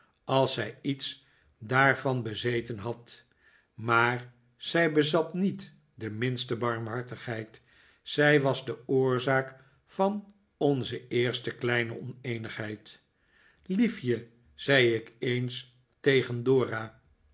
als zij iets daarvan bezeten had maar zij bezat niet de minste barmhartigheid zij was de oorzaak van onze eerste kleine oneenigheid liefje zei ik eens tegen dora